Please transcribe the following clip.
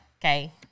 Okay